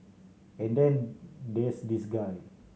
and then there's this guy